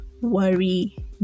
worry